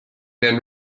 then